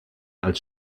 als